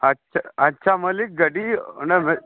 ᱟᱪᱪᱷᱟ ᱟᱪᱪᱷᱟ ᱢᱟᱹᱞᱤᱠ ᱜᱟᱹᱰᱤ ᱚᱱᱟ